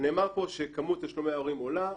נאמר פה שכמות תשלומי ההורים עולה.